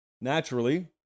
Naturally